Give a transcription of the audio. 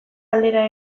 aldera